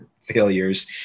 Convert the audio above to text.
failures